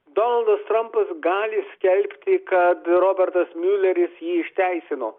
donaldas trampas gali skelbti kad robertas miuleris jį išteisino